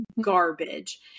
garbage